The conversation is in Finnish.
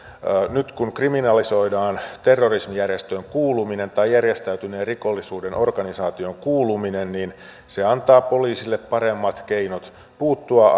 nyt kun kriminalisoidaan terroristijärjestöön kuuluminen tai järjestäytyneen rikollisuuden organisaatioon kuuluminen niin se antaa poliisille paremmat keinot puuttua